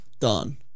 Done